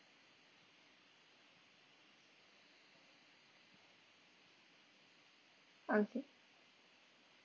okay